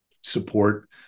support